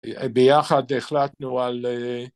ביחד החלטנו על...